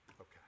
Okay